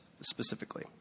specifically